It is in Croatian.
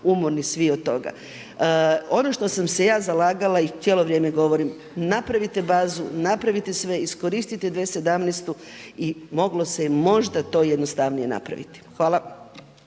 umorni svi od toga. Ono što sam se ja zalagala i cijelo vrijeme govorim napravite bazu, napravite sve, iskoristite 2017. i moglo se je možda to jednostavnije napraviti. Hvala.